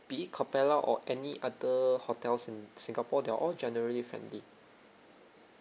be it cappella or any other hotels in singapore they're all generally friendly